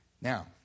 Now